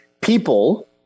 people